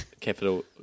capital